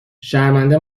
شرمنده